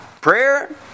prayer